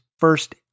first